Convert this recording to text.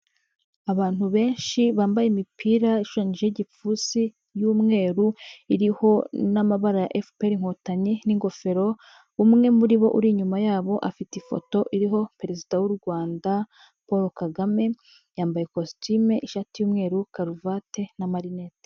Abantu benshi bambaye imipira ishushanyijeho igipfunsi y'umweru, iriho n'amabara ya FPR inkotanyi n'ingofero, umwe muri bo uri inyuma yabo afite ifoto iriho perezida w'u Rwanda Paul Kagame, yambaye ikositume, ishati y'umweru, karuvati n'amarinete.